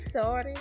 Sorry